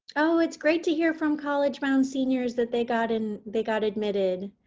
ah it's great to hear from college-bound seniors that they got and they got admitted.